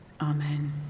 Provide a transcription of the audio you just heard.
amen